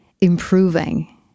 improving